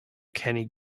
kenny